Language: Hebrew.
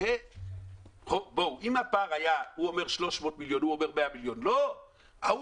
אם היה פעם 300 או 100 מיליון ההוא